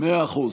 מאה אחוז.